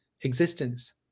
existence